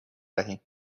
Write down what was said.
دهیم